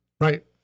Right